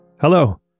Hello